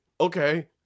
Okay